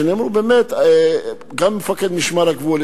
שגם מפקד משמר הגבול,